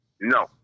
no